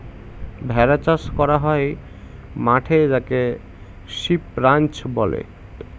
ভেড়া চাষ করা হয় মাঠে যাকে সিপ রাঞ্চ বলে